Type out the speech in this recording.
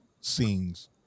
scenes